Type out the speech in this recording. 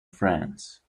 france